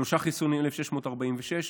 שלושה חיסונים, 1,646,